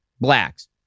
blacks